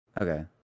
Okay